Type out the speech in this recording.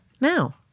Now